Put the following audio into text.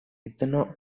ethno